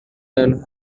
and